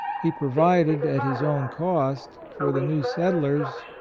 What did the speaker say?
he provided, at his own cost, for the new settlers,